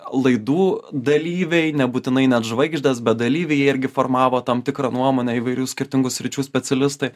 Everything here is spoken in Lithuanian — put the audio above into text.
laidų dalyviai nebūtinai net žvaigždės bet dalyviai jie irgi formavo tam tikrą nuomonę įvairių skirtingų sričių specialistai